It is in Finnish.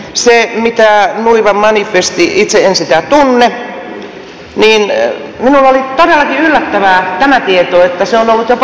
mitä tulee nuivaan manifestiin itse en sitä tunne niin minulle oli todellakin yllättävää tämä tieto että se on ollut jopa hallitusneuvotteluissa